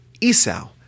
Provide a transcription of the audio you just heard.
Esau